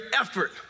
effort